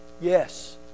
Yes